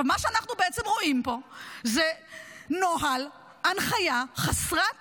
מה שאנחנו רואים פה זה למעשה נוהל, הנחיה חסרת